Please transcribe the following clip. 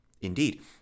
Indeed